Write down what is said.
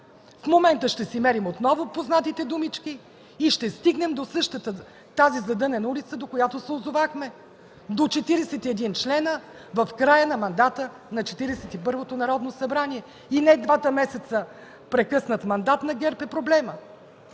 В момента ще си мерим отново познатите думички и ще стигнем до същата тази задънена улица, до която се озовахме – до четиридесет и един члена в края на мандата на Четиридесет и първото Народно събрание. И не двата месеца прекъснат мандат на ГЕРБ е проблемът.